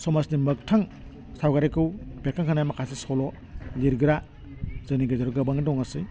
समाजनि मोगथां सावगारिखौ बेरखांहानाय माखासे सल' लिरग्रा जोंनि गेजेराव गोबां दङसै